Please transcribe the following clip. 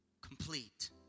complete